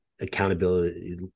accountability